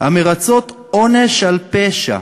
המרצות עונש על פשע.